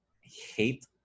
hate